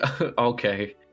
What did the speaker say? Okay